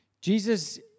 Jesus